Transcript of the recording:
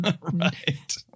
Right